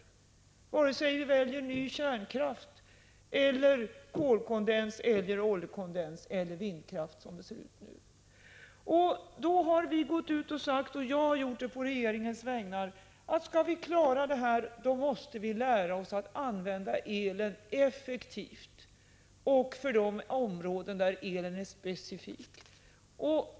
Så ser det ut nu vare sig vi väljer ny kärnkraft, kolkondens eller oljekondens eller vindkraft. Då har jag på regeringens vägnar sagt, att om vi skall klara detta, måste vi lära oss att använda elen effektivt och för de områden där elen är specifik.